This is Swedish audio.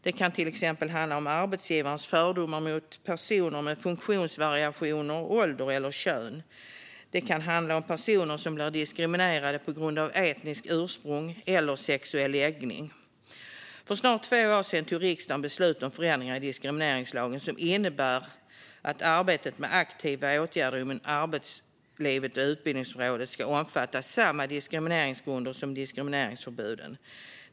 Det kan till exempel handla om arbetsgivarens fördomar mot personer med funktionsvariationer, ålder eller kön. Det kan handla om personer som blir diskriminerade på grund av etniskt ursprung eller sexuell läggning. För snart två år sedan tog riksdagen beslut om förändringar i diskrimineringslagen som innebär att arbetet med aktiva åtgärder inom arbetslivet och på utbildningsområdet ska omfatta samma diskrimineringsgrunder som diskrimineringsförbuden.